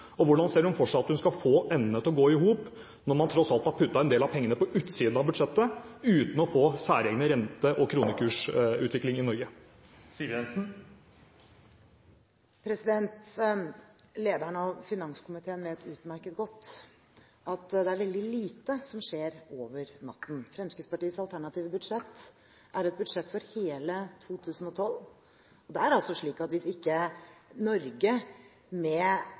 Og hvordan ser hun for seg at hun skal få endene til å gå i hop når man tross alt har puttet en del av pengene på utsiden av budsjettet uten å få særegen rente- og kronekursutvikling i Norge? Lederen av finanskomiteen vet utmerket godt at det er veldig lite som skjer «over natten». Fremskrittspartiets alternative budsjett er et budsjett for hele 2012. Hvis ikke Norge med